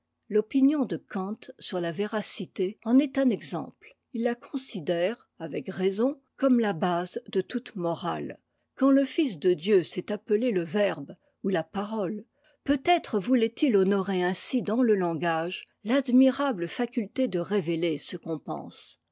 l'opinion de kant sur la véracité en est un exemple il la considère avec raison comme la base de toute morale quand le fils de dieu s'est appelé le verbe ou la parole peut-être voulait-il honorer ainsi dans le langage l'admirable faculté de révéler ce qu'on pense